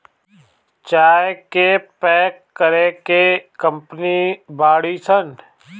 चाय के पैक करे के कंपनी बाड़ी सन